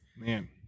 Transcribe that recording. Man